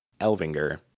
Elvinger